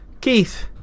Keith